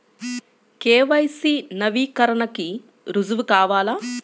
KYC నవీకరణకి రుజువు కావాలా?